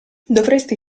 dovresti